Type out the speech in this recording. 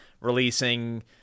releasing